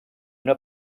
una